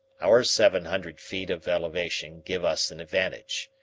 our seven hundred feet of elevation give us an advantage.